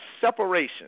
Separation